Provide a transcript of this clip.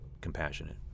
compassionate